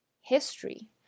history